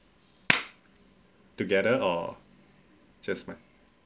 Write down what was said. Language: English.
together or just mine